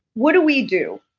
what do we do?